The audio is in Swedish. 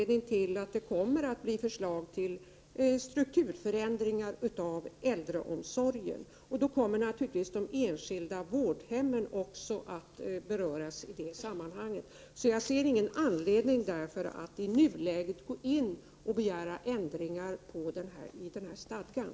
Det kommer att bli förslag till strukturförändringar inom äldreomsorgen. I det sammanhanget kommer naturligtivs också de enskilda vårdhemmen att beröras. Jag ser därför ingen anledning att i nuläget gå in och begära ändringar i stadgan.